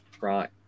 Right